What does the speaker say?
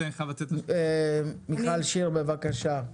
מיכל שיר, בבקשה.